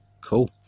Cool